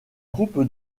groupe